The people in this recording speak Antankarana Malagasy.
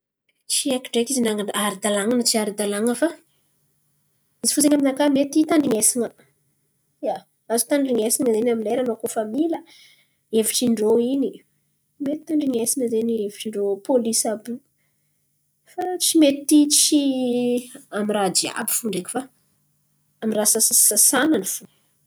Tsy haiky ndreky izy na ara-dalàn̈a na tsy ara-dalàn̈a fa izy fo zen̈y aminakà mety tandrin̈esan̈a. Ia, azo tandrin̈esan̈a zen̈y amy lera anao koa fa mila hevitrin-drô iny. Mety tandrin̈esan̈a zen̈y hevitrin-drô pôlisy àby io. Fa tsy mety tsy amy raha jiàby fo ndreky fa amy raha sasasan̈any fo.